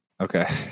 Okay